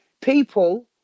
people